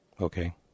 okay